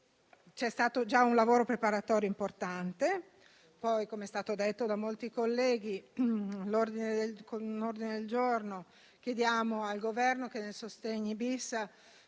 C'è stato quindi un lavoro preparatorio importante. Come è stato detto da molti colleghi, con un ordine del giorno chiediamo al Governo che nel decreto-legge